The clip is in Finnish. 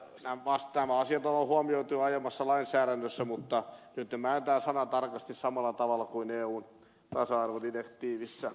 nämä asiat on huomioitu jo aiemmassa lainsäädännössä mutta nyt ne määrätään sanatarkasti samalla tavalla kuin eun tasa arvodirektiivissä